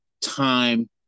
time